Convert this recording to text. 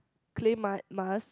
clay mud mask